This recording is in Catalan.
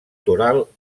toral